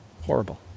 Horrible